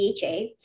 DHA